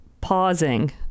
pausing